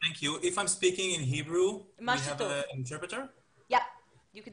אני ראש הזירה הדיגיטליים במשרד לנושאים אסטרטגיים והסברה ואני כן רוצה